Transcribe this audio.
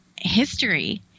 history